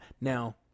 Now